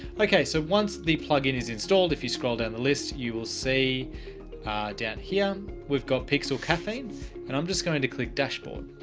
okay? so once the plugin is installed, if you scroll down the list, you will see down here, we've got pixel caffeine and i'm just going to click dashboard.